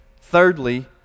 Thirdly